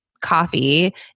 coffee